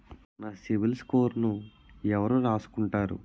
నా సిబిల్ స్కోరును ఎవరు రాసుకుంటారు